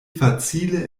facile